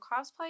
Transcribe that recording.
Cosplay